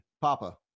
papa